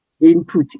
input